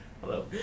Hello